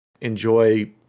enjoy